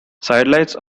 sidelights